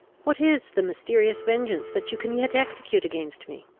what is the mysterious vengeance that you can yet execute against me?